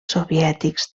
soviètics